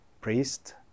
priest